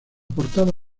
portada